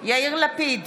יאיר לפיד,